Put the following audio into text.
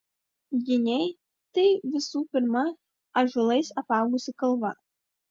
giniai tai visų pirma ąžuolais apaugusi kalva